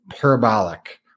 parabolic